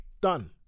Done